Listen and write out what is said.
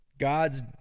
God's